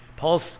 Paul's